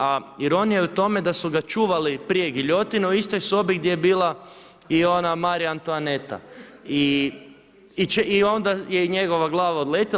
A ironija je u tome da su ga čuvali prije giljotine u istoj sobi gdje je bila i ona Marija Antoaneta i onda je njegova glava odletila.